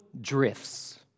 drifts